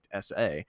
SA